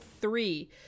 three